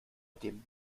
dem